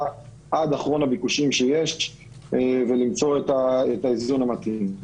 עד אחרון הביקושים שיש ולמצוא את האיזון המתאים.